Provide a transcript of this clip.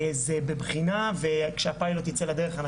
זה בבחינה וכשהפיילוט ייצא לדרך,